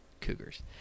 cougars